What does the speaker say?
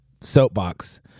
soapbox